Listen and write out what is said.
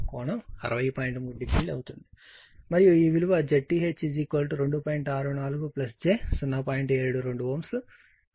72 Ω అని పరిగణిస్తాను